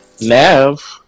Nav